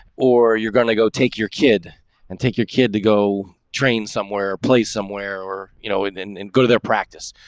or you're going to go take your kid and take your kid to go train somewhere, place somewhere or, you know, and and and go to their practice.